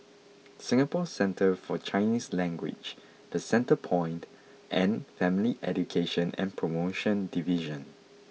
Singapore Centre For Chinese Language The Centrepoint and Family Education and Promotion Division